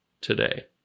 today